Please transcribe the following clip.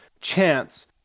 chance